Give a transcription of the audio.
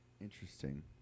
Interesting